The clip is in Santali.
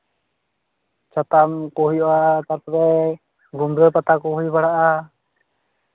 ᱪᱷᱟᱛᱟ ᱠᱚ ᱦᱩᱭᱩᱜᱼᱟ ᱛᱟᱨᱯᱚᱨᱮ ᱜᱩᱢᱫᱷᱟᱹ ᱯᱟᱛᱟ ᱠᱚ ᱦᱩᱭ ᱵᱟᱲᱟᱜᱼᱟ